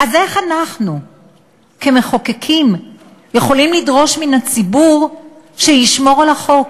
אז איך אנחנו כמחוקקים יכולים לדרוש מן הציבור שישמור על החוק?